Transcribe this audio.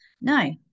No